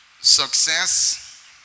Success